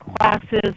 classes